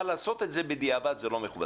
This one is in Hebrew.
אבל לעשות את זה בדיעבד זה לא מכובד.